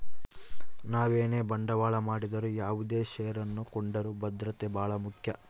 ನಾವು ಏನೇ ಬಂಡವಾಳ ಮಾಡಿದರು ಯಾವುದೇ ಷೇರನ್ನು ಕೊಂಡರೂ ಭದ್ರತೆ ಬಹಳ ಮುಖ್ಯ